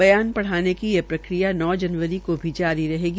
बयान पढ़ाने की ये प्रक्रिया नौ जनवरी को भी जारी रहेगी